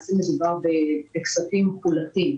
למעשה מדובר בכספים מחולטים.